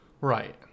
Right